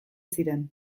ziren